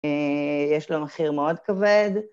יש לו מחיר מאוד כבד.